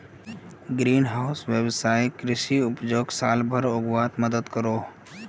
green house वैवसायिक कृषि उपजोक साल भर उग्वात मदद करोह